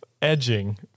Edging